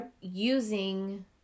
using